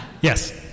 Yes